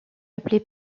appelé